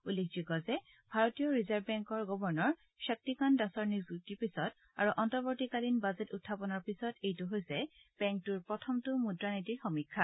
উল্লেখযোগ্য যে ভাৰতীয় ৰিজাৰ্ভ বেংকৰ গৱৰ্ণৰ শক্তিকান্ত দাসৰ নিযুক্তিৰ পিছত আৰু অন্তৱৰ্তীকালীন বাজেট উখাপনৰ পিছত এইটো হৈছে বেংকটোৰ প্ৰথমটো মুদ্ৰানীতিৰ সমীক্ষা